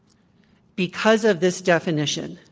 because of this definition,